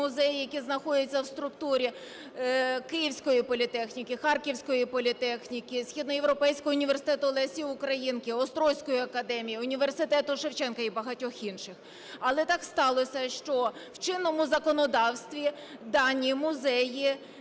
музеї, які знаходяться в структурі Київської політехніки, Харківської політехніки, Східноєвропейського університету Лесі Українки, Острозької академії, університету Шевченка і багатьох інших. Але так сталося, що в чинному законодавстві дані музеї